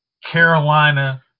Carolina